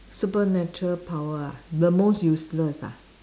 supernatural power ah the most useless ah